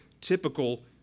typical